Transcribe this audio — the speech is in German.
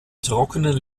trockenen